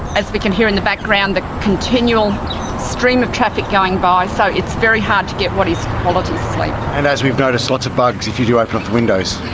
as we can hear in the background, the continual stream of traffic going by. so it's very hard to get, what is quality sleep. and as we've noticed, lots of bugs if you do open up the windows.